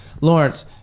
Lawrence